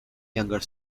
younger